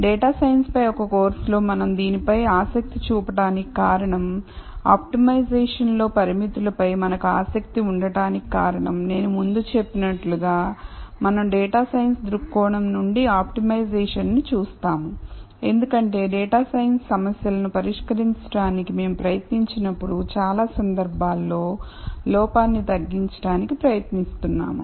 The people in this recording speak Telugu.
డేటా సైన్స్ పై ఒక కోర్సులో మనం దీనిపై ఆసక్తి చూపడానికి కారణం ఆప్టిమైజేషన్లో పరిమితులపై మనకు ఆసక్తి ఉండటానికి కారణం నేను ముందు చెప్పినట్లుగా మనం డేటా సైన్స్ దృక్కోణం నుండి ఆప్టిమైజేషన్ను చూస్తాము ఎందుకంటే డేటా సైన్స్ సమస్యలను పరిష్కరించడానికి మేము ప్రయత్నించినప్పుడు చాలా సందర్భాల్లో లోపాన్ని తగ్గించడానికి ప్రయత్నిస్తున్నాము